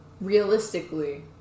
Realistically